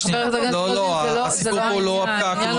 הסיפור הוא לא הפקק.